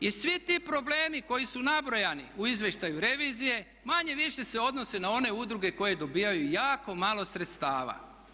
I svi ti problemi koji su nabrojani u izvještaju revizije manje-više se odnose na one udruge koje dobivaju jako malo sredstava.